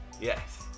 Yes